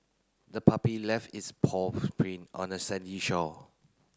the puppy left its paw print on a sandy shore